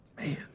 man